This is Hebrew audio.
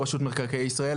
רשות מקרקעי ישראל,